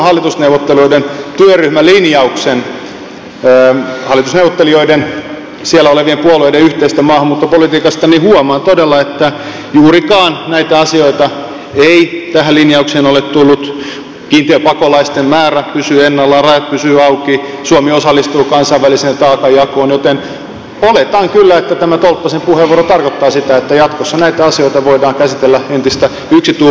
mutta kun nyt luen tämän hallitusneuvottelijoiden työryhmälinjauksen siellä olevien puolueiden yhteisestä maahanmuuttopolitiikasta niin huomaan todella että juurikaan näitä asioita ei tähän linjaukseen ole tullut kiintiöpakolaisten määrä pysyy ennallaan rajat pysyvät auki suomi osallistuu kansainväliseen taakanjakoon joten oletan kyllä että tämä tolppasen puheenvuoro tarkoittaa sitä että jatkossa näitä asioita voidaan käsitellä entistä yksituumaisemmin